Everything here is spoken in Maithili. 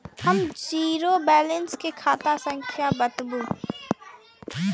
हमर जीरो बैलेंस के खाता संख्या बतबु?